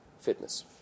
fitness